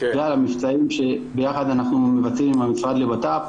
ולמבצעים שאנחנו מבצעים ביחד עם המשרד לבט"פ,